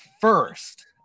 first